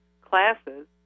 classes